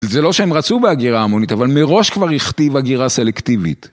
זה לא שהם רצו בהגירה עמונית, אבל מראש כבר הכתיב הגירה סלקטיבית.